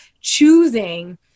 choosing